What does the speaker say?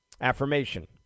affirmation